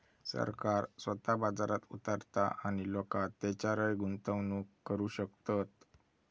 सरकार स्वतः बाजारात उतारता आणि लोका तेच्यारय गुंतवणूक करू शकतत